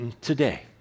today